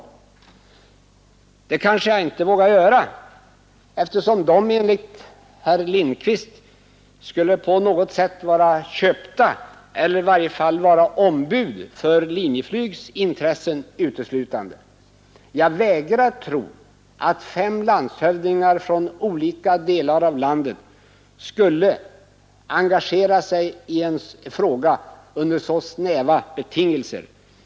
Men det kanske jag inte skall göra, eftersom de fem enligt herr Lindkvist skulle vara köpta på något sätt eller i varje fall vara ombud uteslutande för Linjeflygs intressen. Jag vägrar emellertid att tro att fem landshövdingar från olika delar av landet skulle engagera sig i en fråga under så snäva betingelser.